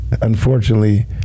unfortunately